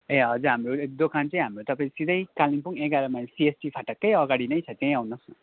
ए हजुर हाम्रो दोकान चाहिँ हाम्रो तपाईँको सिधैँ कालिम्पोङ एघार माइल सिएसटी फाटककै अगाडि नै छ त्यहीँ आउनुहोस् न